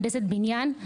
מהנדסת בניין,